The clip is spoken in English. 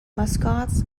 mascots